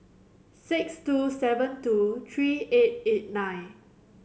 six two seven two three eight eight nine